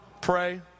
pray